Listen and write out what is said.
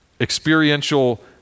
experiential